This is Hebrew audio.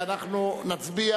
ואנחנו נצביע.